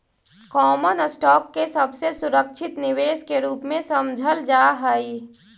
common stock के सबसे सुरक्षित निवेश के रूप में समझल जा हई